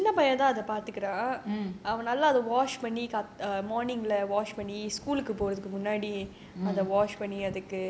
mm